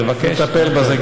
נטפל בזה,